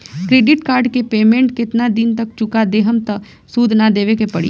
Credit card के payment केतना दिन तक चुका देहम त सूद ना देवे के पड़ी?